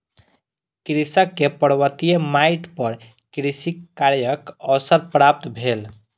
कृषक के पर्वतीय माइट पर कृषि कार्यक अवसर प्राप्त भेल